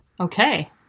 Okay